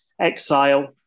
Exile